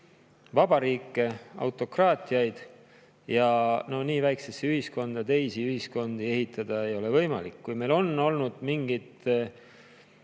vabariike, autokraatiaid. Ja no nii väiksesse ühiskonda teisi ühiskondi ehitada ei ole võimalik. Kui meil on olnud mingid